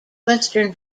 western